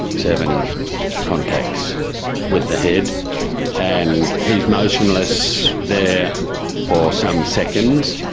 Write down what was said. seven contacts with the head and he's motionless there for some seconds.